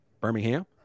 Birmingham